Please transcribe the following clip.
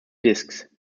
discs